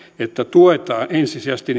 että tuetaan ensisijaisesti